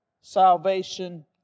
salvation